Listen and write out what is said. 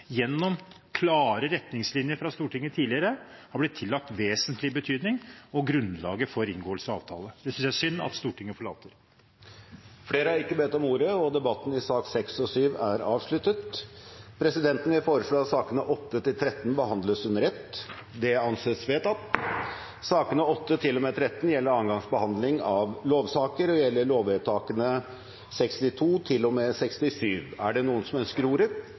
gjennom klare retningslinjer fra Stortinget tidligere, har blitt tillagt vesentlig betydning og grunnlaget for inngåelse av avtale. Det synes jeg er synd at Stortinget forlater. Flere har ikke bedt om ordet til sakene nr. 6 og 7. Sakene nr. 8–13 er andre gangs behandling av lovsaker, og presidenten vil foreslå at sakene behandles under ett. – Det anses vedtatt. Ingen har bedt om ordet til sakene nr. 8–13. Venstre har varslet at de vil stemme imot. Det